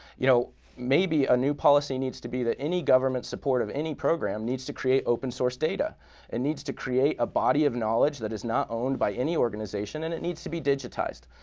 you know maybe a new policy needs to be that any government support of any program needs to create open source data and needs to create a body of knowledge that is not owned by any organization and it needs to be digitized.